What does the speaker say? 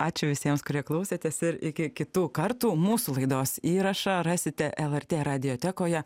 ačiū visiems kurie klausėtės ir iki kitų kartų mūsų laidos įrašą rasite lrt radijotekoje